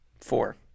four